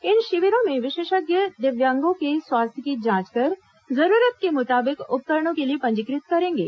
इन शिविरों में विशेषज्ञ दिव्यांगों के स्वास्थ्य की जांच कर जरूरत के मुताबिक उपकरणों के लिए पंजीकृत करेंगे